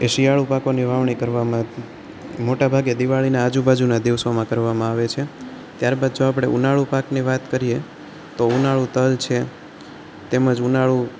એ શિયાળું પાકોની વાવણી કરવામાં મોટા ભાગે દિવાળીની આજુબાજુના દિવસોમાં કરવામાં આવે છે ત્યારબાદ જો આપણે ઉનાળુ પાકની વાત કરીએ તો ઉનાળુ તલ છે તેમ જ ઉનાળુ